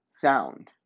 sound